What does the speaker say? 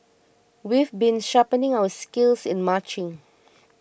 we've been sharpening our skills in marching